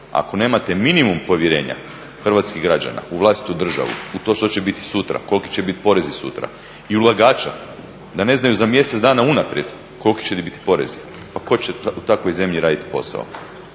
Ako nemate minimum povjerenja hrvatskih građana u vlastitu državu, u to što će biti sutra, koliki će biti porezi sutra i ulagača, da ne znaj za mjesec dana unaprijed koliki će biti porezi, pa tko će u takvoj zemlji raditi posao.